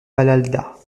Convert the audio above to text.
palalda